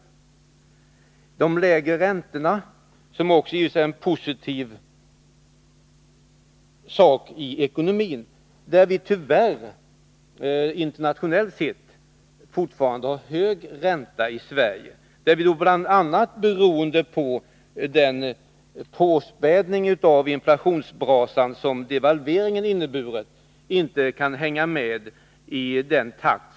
Ett annat exempel är de lägre räntorna, som i sig är en positiv faktor i ekonomin. Men tyvärr har vi internationellt sett fortfarande en hög ränta i Sverige. Vi har, bl.a. beroende på den påspädning av inflationsbrasan som devalveringen innebar, inte kunnat hänga med i omvärldens takt.